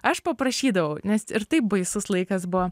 aš paprašydavau nes ir taip baisus laikas buvo